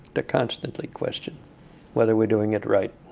to constantly question whether we're doing it right.